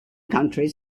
countries